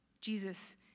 Jesus